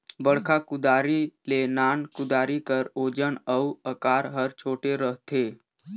बड़खा कुदारी ले नान कुदारी कर ओजन अउ अकार हर छोटे रहथे